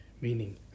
Meaning